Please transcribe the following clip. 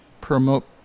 promote